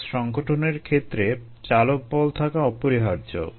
flux সংঘটনের ক্ষেত্রে চালক বল থাকা অপরিহার্য